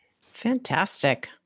fantastic